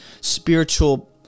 spiritual